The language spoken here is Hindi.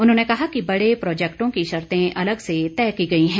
उन्होंने कहा कि बड़े प्रोजेक्टों की शर्ते अलग से तय की गई हैं